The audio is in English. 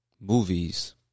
movies